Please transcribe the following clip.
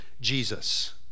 Jesus